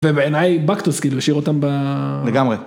ובעיניי בקטוס כאילו השאיר אותם לגמרי.